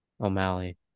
O'Malley